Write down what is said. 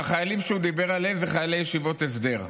החיילים שהוא דיבר עליהם אלה חיילי ישיבות הסדר.